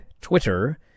Twitter